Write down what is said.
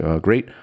great